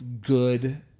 good